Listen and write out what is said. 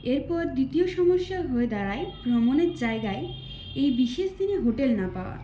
এরপর দ্বিতীয় সমস্যা হয়ে দাঁড়ায় ভ্রমণের জায়গায় এই বিশেষ দিনে হোটেল না পাওয়া